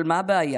אבל מה הבעיה,